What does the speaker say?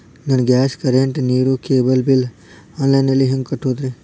ನನ್ನ gas, current, ನೇರು, cable bill online ನಲ್ಲಿ ಹೆಂಗ್ ಕಟ್ಟೋದ್ರಿ?